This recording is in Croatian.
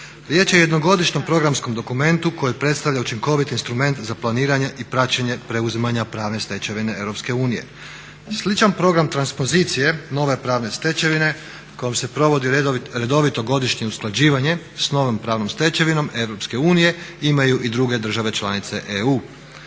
Riječ je o jednogodišnjem programskom dokumentu koji predstavlja učinkovit instrument za planiranje i praćenje preuzimanja pravne stečevine Europske unije. Sličan program transpozicije nove pravne stečevine kojom se provodi redovito godišnje usklađivanje s novom pravnom stečevinom Europske unije imaju i druge države članice EU.